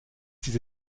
diese